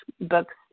books